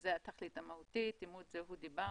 על אימות זהות דיברנו.